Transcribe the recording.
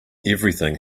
everything